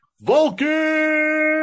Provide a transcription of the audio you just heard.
Vulcan